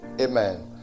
Amen